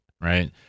Right